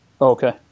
Okay